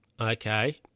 okay